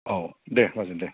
औ दे बाजै दे